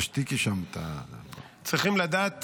תשתיקי שם את ----- צריכים לדעת